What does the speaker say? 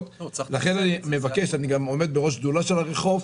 ואני עומד בראש שדולה של ערי חוף,